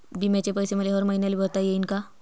बिम्याचे पैसे मले हर मईन्याले भरता येईन का?